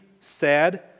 sad